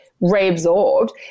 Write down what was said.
reabsorbed